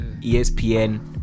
ESPN